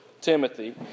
Timothy